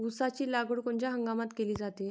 ऊसाची लागवड कोनच्या हंगामात केली जाते?